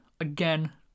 Again